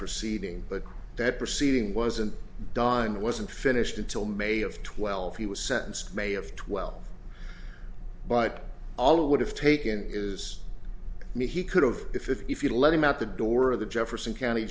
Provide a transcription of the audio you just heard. proceeding but that proceeding wasn't done wasn't finished until may of twelve he was sentenced may of twelve but all it would have taken is me he could've if if you let him out the door of the jefferson county